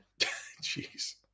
jeez